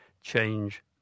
change